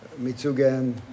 Mitsugen